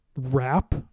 Wrap